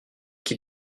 qui